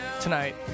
tonight